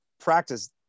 practice